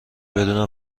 بدون